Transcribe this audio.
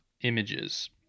images